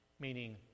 meaning